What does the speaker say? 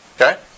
Okay